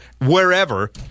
wherever